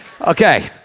Okay